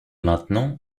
maintenant